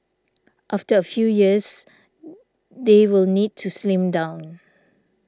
after a few years they will need to slim down